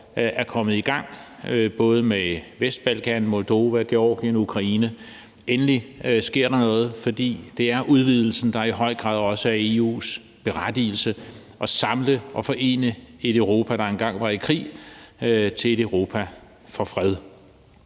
er kommet i gang, både med Vestbalkan, Moldova, Georgien, Ukraine. Endelig sker der noget, for det er udvidelsen, der i høj grad også er EU's berettigelse, nemlig at samle og forene et Europa, der engang var i krig, til et Europa for fred.